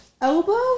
elbow